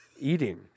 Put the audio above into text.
eating